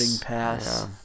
pass